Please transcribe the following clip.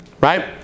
right